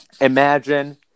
imagine